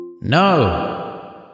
No